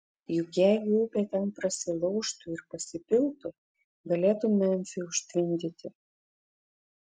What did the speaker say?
juk jeigu upė ten prasilaužtų ir pasipiltų galėtų memfį užtvindyti